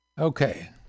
Okay